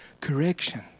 Correction